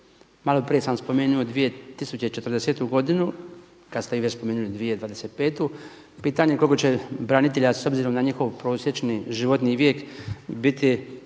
maloprije sam spomenuo 2040. godinu, kad ste vi već spomenuli 2025., pitanje je koliko će branitelja s obzirom na njihov prosječni životni vijek biti